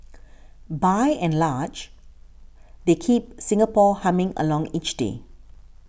by and large they keep Singapore humming along each day